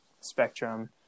spectrum